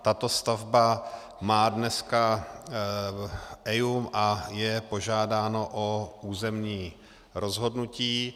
Tato stavba má dneska EIA a je požádáno o územní rozhodnutí.